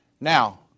Now